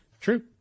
True